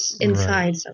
inside